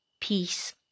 peace